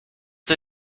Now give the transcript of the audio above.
sie